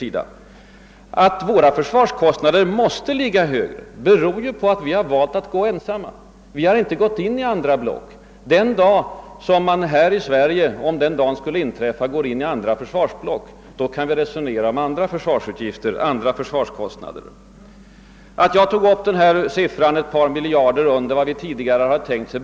Och att våra försvarskostnader måste ligga högre än vissa andra länders, beror ju på att vi valt att stå ensamma, att inte gå in i några försvarsblock. Om det skulle inträffa att Sverige gick in i en försvarsallians, så kan vi också börja resonera om andra försvarskostnader än nu. Jag påvisade att vi nu ligger ett par miljarder under vad vi tidigare tänkt oss.